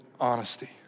honesty